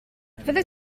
fyddet